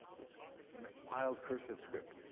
this wild cursive script.